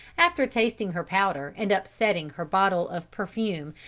after tasting her powder, and upsetting her bottle of perfumery,